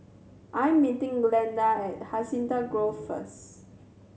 I am meeting Glynda at Hacienda Grove first